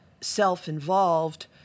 self-involved